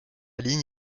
ligne